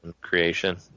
creation